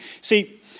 See